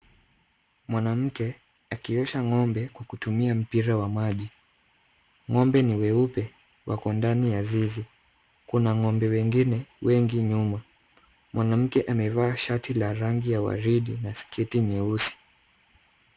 Mwanamke akiosha ng'ombe kwa kutumia mpira wa maji. Ng'ombe ni weupe wako ndani ya zizi. Kuna ng'ombe wengine wengi nyuma. Mwanamke amevaa shati la rangi ya waridi na skati nyeusi.